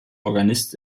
organist